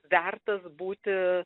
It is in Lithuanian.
vertas būti